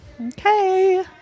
Okay